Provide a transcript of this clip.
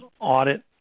audit